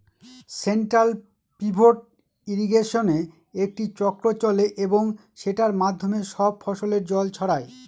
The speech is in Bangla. সেন্ট্রাল পিভট ইর্রিগেশনে একটি চক্র চলে এবং সেটার মাধ্যমে সব ফসলে জল ছড়ায়